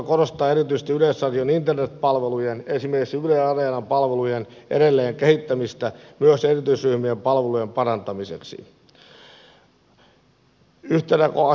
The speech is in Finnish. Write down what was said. valiokunta korostaa erityisesti yleisradion internetpalvelujen esimerkiksi yle areenan palvelujen edelleen kehittämistä myös erityisryhmien palvelujen parantamiseksi